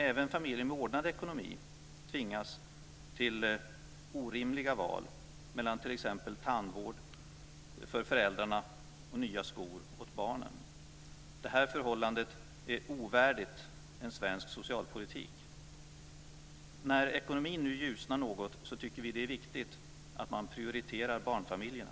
Även familjer med en ordnad ekonomi tvingas till orimliga val mellan t.ex. tandvård för föräldrarna och nya skor till barnen. Detta förhållande är ovärdigt svensk socialpolitik. Nu när ekonomin ljusnar något tycker vi att det är viktigt att prioritera barnfamiljerna.